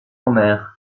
omer